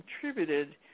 contributed